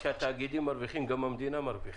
כשהתאגידים מרוויחים גם המדינה מרוויחה.